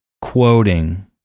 quoting